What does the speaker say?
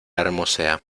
hermosea